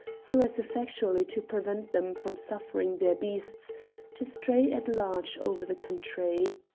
so as effectually to prevent them from suffering their beasts to stray at large over the country.